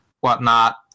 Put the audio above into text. whatnot